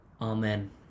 amen